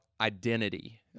identity